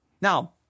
Now